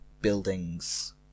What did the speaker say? buildings